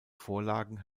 vorlagen